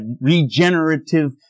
regenerative